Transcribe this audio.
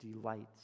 delights